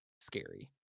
scary